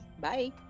Bye